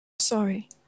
Sorry